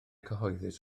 cyhoeddus